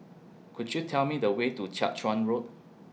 Could YOU Tell Me The Way to Jiak Chuan Road